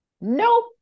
Nope